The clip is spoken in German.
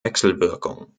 wechselwirkung